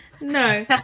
No